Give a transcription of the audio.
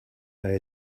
they